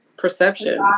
perception